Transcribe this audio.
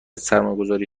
سرمایهگذاری